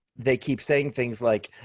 they keep saying things like,